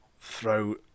throw